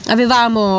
Avevamo